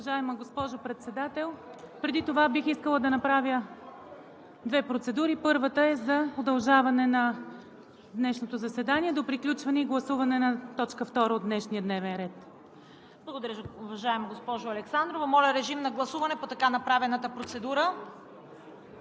Благодаря, уважаема госпожо Председател. Преди това бих искала да направя две процедури. Първата е за удължаване на днешното заседание до приключване и гласуване на втора точка от днешния дневен ред. ПРЕДСЕДАТЕЛ ЦВЕТА КАРАЯНЧЕВА: Благодаря, уважаема госпожо Александрова. Моля, режим на гласуване по така направената процедура.